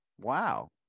Wow